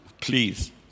please